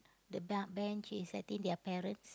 the ba~ bench is I think their parents